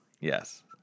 yes